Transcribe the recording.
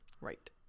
Right